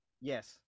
yes